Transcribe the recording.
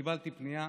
קיבלתי פנייה